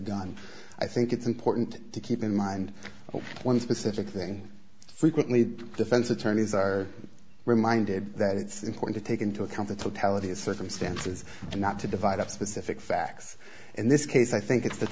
gun i think it's important to keep in mind one specific thing frequently the defense attorneys are reminded that it's important to take into account the totality of circumstances and not to divide up specific facts in this case i think it's